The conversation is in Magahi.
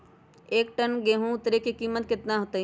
एक टन गेंहू के उतरे के कीमत कितना होतई?